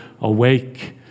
awake